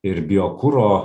ir biokuro